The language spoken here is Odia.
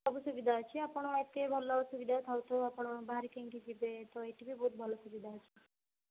ସବୁ ସୁବିଧା ଅଛି ଆପଣ ଏତେ ଭଲ ସୁବିଧା ଥାଉ ଥାଉ ଆପଣ ବାହାରେ କାଇଁକି ଯିବେ ତ ଏଠି ବି ବହୁତ ଭଲ ସୁବିଧା ଅଛି